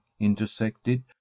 intersected